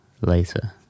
later